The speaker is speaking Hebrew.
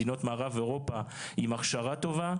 מדינות מערב אירופה עם הכשרה טובה.